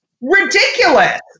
ridiculous